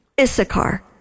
Issachar